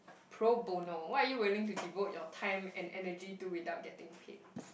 pro-bono what are you willing to devote your time and energy to without getting paid